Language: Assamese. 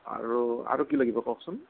আৰু আৰু কি লাগিব কওকচোন